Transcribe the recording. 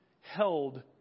held